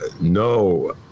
no